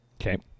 Okay